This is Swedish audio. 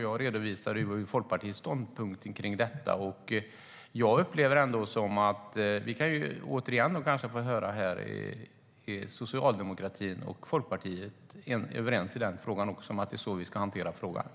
Jag redovisade Folkpartiets ståndpunkt, och vi kanske återigen kan få höra om Socialdemokraterna och Folkpartiet är överens om att det är så vi ska hantera frågan.